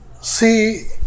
See